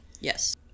Yes